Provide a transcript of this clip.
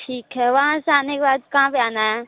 ठीक है वहाँ से आने के बाद कहाँ पर आना है